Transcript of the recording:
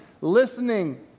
listening